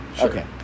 Okay